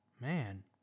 man